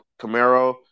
Camaro